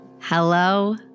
Hello